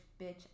bitch